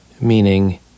meaning